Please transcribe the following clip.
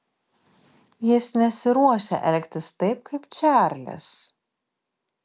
jis nesiruošia elgtis taip kaip čarlis